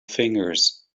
fingers